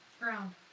ground